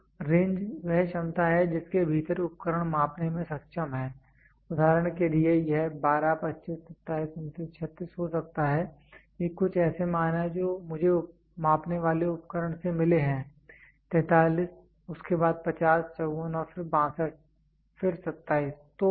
तो रेंज वह क्षमता है जिसके भीतर उपकरण मापने में सक्षम है उदाहरण के लिए यह 12 25 27 29 36 हो सकता है ये कुछ ऐसे मान हैं जो मुझे मापने वाले उपकरण से मिले हैं 43 उसके बाद 50 54 फिर 62 फिर 27